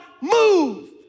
move